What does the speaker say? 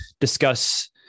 discuss